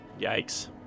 Yikes